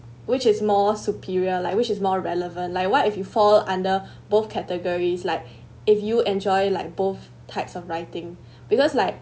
which is more superior like which is more relevant like what if you fall under both categories like if you enjoy like both types of writing because like